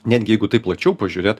netgi jeigu taip plačiau pažiūrėt